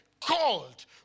called